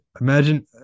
Imagine